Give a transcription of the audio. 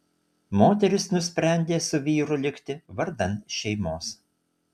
moteris nusprendė su vyru likti vardan šeimos